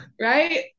Right